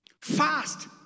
fast